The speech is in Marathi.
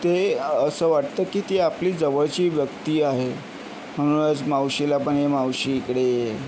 ते असं वाटतं की ती आपली जवळची व्यक्ती आहे म्हणूनच मावशीला पण ए मावशी इकडे ये